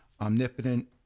omnipotent